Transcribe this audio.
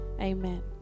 amen